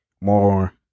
more